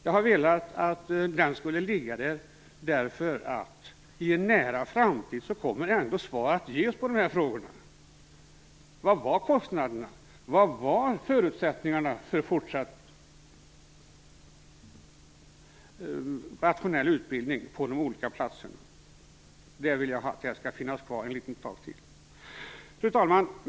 Jag har velat att den skulle ligga där, därför att i en nära framtid kommer ändå svar att ges på de här frågorna: Vilka var kostnaderna? Vilka var förutsättningarna för fortsatt rationell utbildning på de olika platserna? Jag vill att det skall finnas kvar ett tag till. Fru talman!